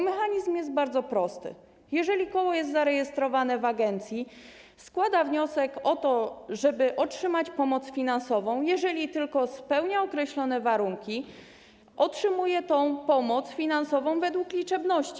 Mechanizm jest bardzo prosty: jeżeli koło jest zarejestrowane w agencji, składa wniosek o to, żeby otrzymać pomoc finansową, i jeżeli tylko spełnia określone warunki, tę pomoc finansową otrzymuje, według liczebności.